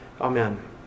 Amen